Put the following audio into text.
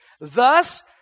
Thus